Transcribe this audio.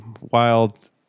wild